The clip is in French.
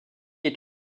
est